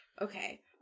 okay